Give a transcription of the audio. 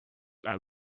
are